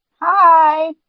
Hi